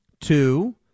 Two